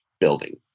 building